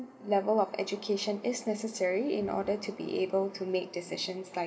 level of education is necessary in order to be able to make decisions like